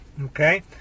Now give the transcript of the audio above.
Okay